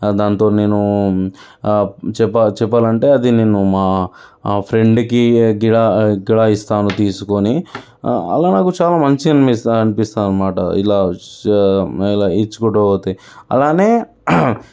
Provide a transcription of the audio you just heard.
దానితో నేను చెప్పా చెప్పాలంటే అది నేను మా ఫ్రెండ్కి కూడా కూడా ఇస్తాను తీసుకుని అలా నాకు చాలా మంచిగా అనిపిస్తుంది అనిపిస్తుందనమాట ఇలా ఇచ్చు ఇలా ఇచ్చుకుంటూ పోతే అలానే